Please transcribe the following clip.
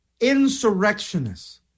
Insurrectionists